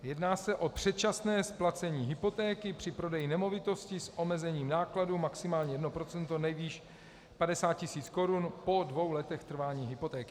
Jedná se o předčasné splacení hypotéky při prodeji nemovitosti s omezením nákladů maximálně 1 %, nejvýš 50 tisíc korun po dvou letech trvání hypotéky.